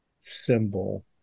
symbol